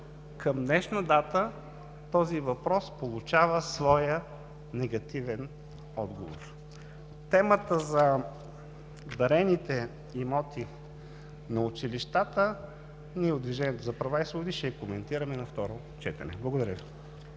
към днешна дата този въпрос получава своя негативен отговор. Темата за дарените имоти на училищата – ние, от „Движението за права и свободи“, ще я коментираме на второ четене. Благодаря